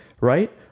right